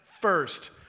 first